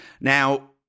Now